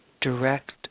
direct